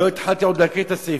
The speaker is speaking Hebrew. אני לא התחלתי עוד להקריא את הסעיפים,